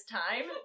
time